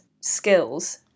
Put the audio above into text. skills